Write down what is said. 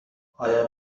آیا